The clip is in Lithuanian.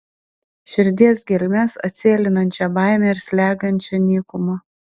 širdies gelmes atsėlinančią baimę ir slegiančią nykumą